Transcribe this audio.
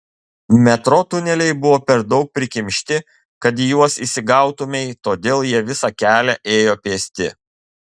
metro tuneliai buvo per daug prikimšti kad į juos įsigautumei todėl jie visą kelią ėjo pėsti